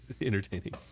entertaining